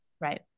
Right